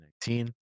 2019